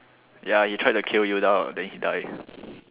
ya he tried to kill Yoda then he died